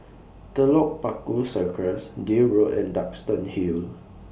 Telok Paku Circus Deal Road and Duxton Hill